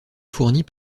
fournis